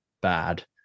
bad